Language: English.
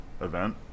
event